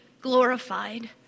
glorified